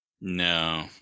no